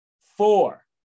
four